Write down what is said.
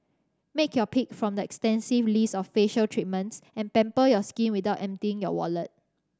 make your pick from their extensive list of facial treatments and pamper your skin without emptying your wallet